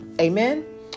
Amen